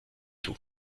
tout